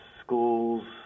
schools